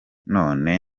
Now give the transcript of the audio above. none